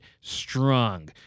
strong